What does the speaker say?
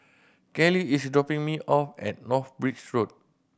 Keli is dropping me off at North Bridge Road